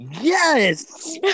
yes